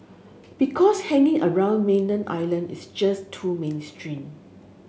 because hanging around mainland Island is just too mainstream